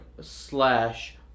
slash